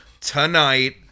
tonight